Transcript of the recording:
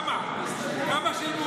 כמה שילמו לי?